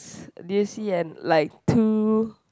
did you see and like two